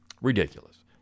Ridiculous